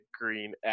green